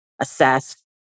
assess